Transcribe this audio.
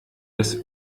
des